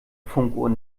funkuhr